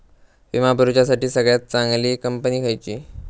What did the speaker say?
विमा भरुच्यासाठी सगळयात चागंली कंपनी खयची?